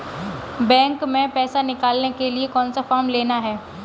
Bank में पैसा निकालने के लिए कौन सा फॉर्म लेना है?